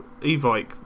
Evike